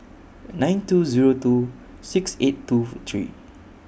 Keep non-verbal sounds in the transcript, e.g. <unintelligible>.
nine two Zero two six eight two <unintelligible> three